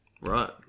right